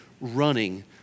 running